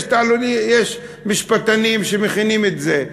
יש תעלולים, יש משפטנים שמכינים את זה.